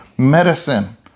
Medicine